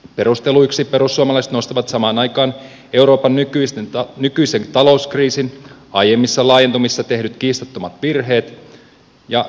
perusteluiksi perussuomalaiset nostavat samaan aikaan euroopan nykyisen talouskriisin aiemmissa laajentumisissa tehdyt kiistattomat virheet ja kroatian korruption